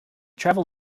travel